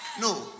No